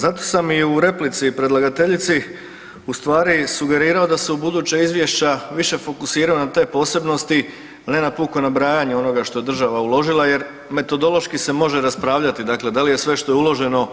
Zato sam i u replici predlagateljici u stvari sugerirao da se u buće izvješća više fokusiraju na te posebnosti, a ne na puko nabrajanje onoga što je država uložila, jer metodološki se može raspravljati, dakle, da li je sve što je uloženo